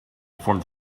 formed